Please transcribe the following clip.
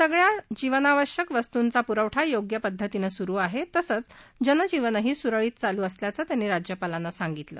सगळया आवश्यक वस्तूंचा पुरवठा योग्य पद्धतीनं सुरु आहा ब्रिसंच जनजीवनही सुरळीत असल्याचं त्यांनी राज्यपालाना सांगितलं